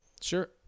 Sure